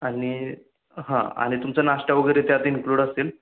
आणि हां आणि तुमचा नाश्ता वगैरे त्यात इन्क्लूड असेल